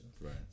Right